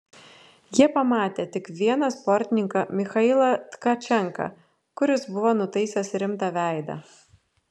jie pamatė tik vieną sportininką michailą tkačenką kuris buvo nutaisęs rimtą veidą